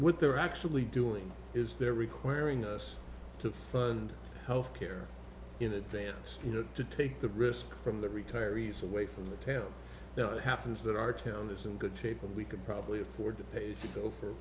they're actually doing is they're requiring us to fund health care in advance you know to take the risk from the retirees away from you know it happens that our town is in good shape and we could probably afford to pay to